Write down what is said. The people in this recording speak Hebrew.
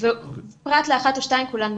פרט לאחת או שתיים, כולן מאוישות,